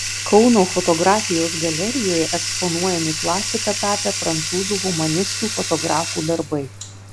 kauno fotografijos galerijoje eksponuojami klasika tapę prancūzų humanistų fotografų darbai